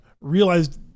Realized